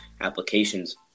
applications